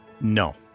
No